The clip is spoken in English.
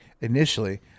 initially